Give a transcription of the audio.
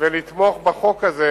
ולתמוך בחוק הזה,